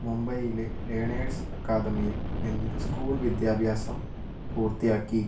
മുംബൈയിലെ ലേണേഴ്സ് അക്കാദമിയിൽ നിന്ന് സ്കൂൾ വിദ്യാഭ്യാസം പൂർത്തിയാക്കി